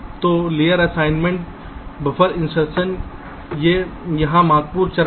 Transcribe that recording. तो layer assignment buffer insertion ये यहाँ के महत्वपूर्ण चरण हैं